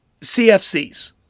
CFCs